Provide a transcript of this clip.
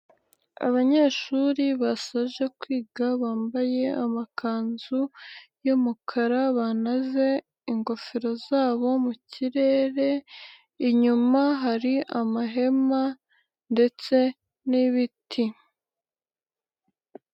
Abanyeshuri basoje kwiga, bambaye amakanzu y'umukara, banaze ingofero zabo mu kirere, inyuma hari amahema ndetse nibiti.